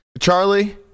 charlie